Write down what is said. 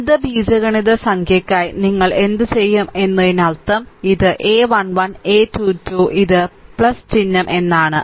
ഗുണിത ബീജഗണിത സംഖ്യയ്ക്കായി നിങ്ങൾ എന്തുചെയ്യും എന്നതിനർത്ഥം ഇത് a 1 1 a 2 2 a 2 2 ഇത് ചിഹ്നം എന്നാണ്